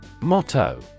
Motto